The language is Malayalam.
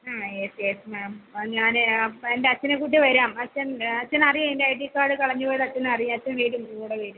മ്മ് എസ് എസ് മാം ഞാന് എൻ്റെ അച്ഛനെ കൂട്ടി വരാം അച്ഛൻ അച്ഛനറിയാം എൻ്റെ ഐ ഡി കാർഡ് കളഞ്ഞു പോയത് അച്ഛനറിയാം അച്ഛൻ വരും കൂടെ വരും